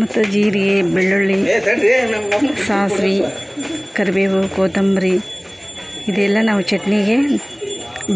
ಮತ್ತು ಜೀರಿಗೆ ಬೆಳ್ಳುಳ್ಳಿ ಸಾಸ್ವೆ ಕರಿಬೇವು ಕೋತಂಬರಿ ಇದೆಲ್ಲ ನಾವು ಚಟ್ನಿಗೆ